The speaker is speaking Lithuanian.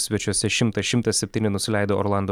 svečiuose šimtas šimtas septyni nusileido orlando